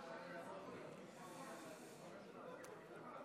להלן תוצאות הצבעה